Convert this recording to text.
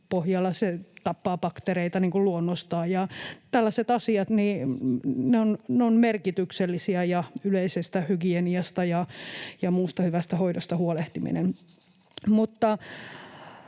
pohjalla: se tappaa bakteereita luonnostaan. Tällaiset asiat ovat merkityksellisiä, samoin yleisestä hygieniasta ja muusta hyvästä hoidosta huolehtiminen.